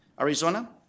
Arizona